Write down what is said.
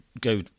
go